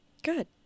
Good